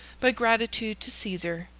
by gratitude to caesar,